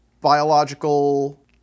Biological